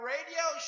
Radio